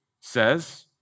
says